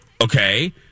Okay